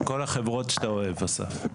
כל החברות שאתה אוהב אסף.